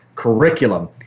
curriculum